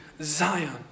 Zion